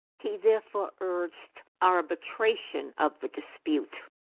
he therefore urged arbitration of the dispute,